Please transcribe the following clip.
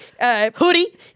hoodie